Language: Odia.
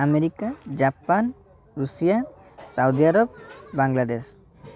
America Japan Russia Saudi Arabia Bangladesh